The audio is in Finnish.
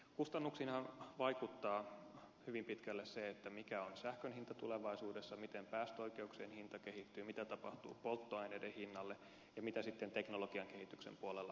kustannuksiinhan vaikuttaa hyvin pitkälle se mikä on sähkön hinta tulevaisuudessa miten päästöoikeuksien hinta kehittyy mitä tapahtuu polttoaineiden hinnalle ja mitä sitten teknologian kehityksen puolella saavutetaan